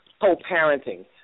co-parenting